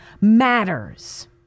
matters